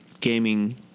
gaming